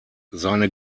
seine